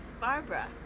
Barbara